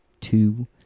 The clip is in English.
Two